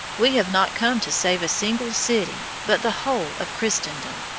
we have not come to save a single city, but the whole of christendom,